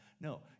No